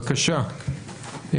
בבקשה,